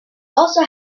also